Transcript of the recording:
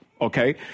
Okay